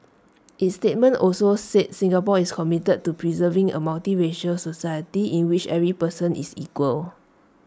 its statement also said Singapore is committed to preserving A multiracial society in which every person is equal